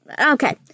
Okay